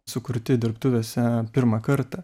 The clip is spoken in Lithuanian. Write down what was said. sukurti dirbtuvėse pirmą kartą